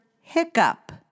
hiccup